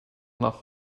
nach